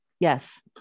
Yes